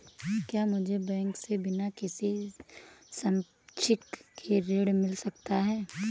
क्या मुझे बैंक से बिना किसी संपार्श्विक के ऋण मिल सकता है?